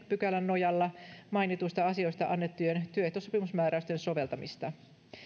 pykälän nojalla mainituista asioista annettujen työehtosopimusmääräysten soveltamista